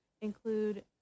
include